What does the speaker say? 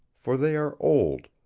for they are old,